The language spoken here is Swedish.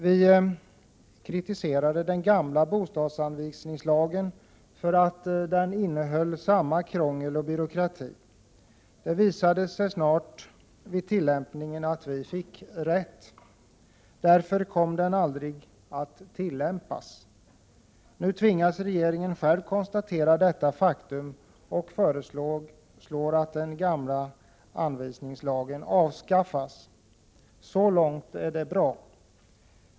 Vi kritiserade den gamla bostadsanvisningslagen för att den innehöll samma krångel och byråkrati. Det visade sig snart i fråga om tillämpningen att vi fick rätt. Därför kom lagen aldrig att tillämpas. Nu tvingas regeringen själv konstatera detta faktum och föreslår att den gamla anvisningslagen avskaffas. Så långt är det bra.